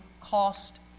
cost